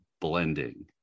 blending